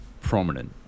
...prominent